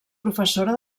professora